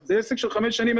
זה עסק של חמש שנים,